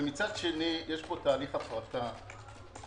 ומצד שני יש פה תהליך הפרטה שקשור